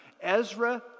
Ezra